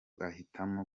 ahitamo